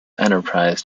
enterprise